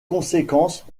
conséquences